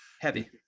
Heavy